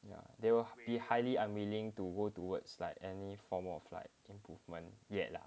yeah they will be highly unwilling to go towards like any form of like improvement yet lah